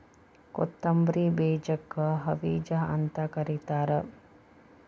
ಕೊತ್ತಂಬ್ರಿ ಬೇಜಕ್ಕ ಹವಿಜಾ ಅಂತ ಕರಿತಾರ